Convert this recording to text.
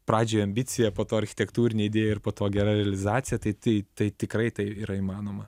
pradžioj ambicija po to architektūrinė idėja ir po to gera realizacija tai tai tai tikrai tai yra įmanoma